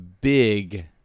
big